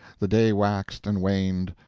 the day waxed and waned.